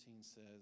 says